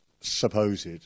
supposed